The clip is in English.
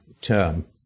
term